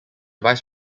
vice